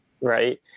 right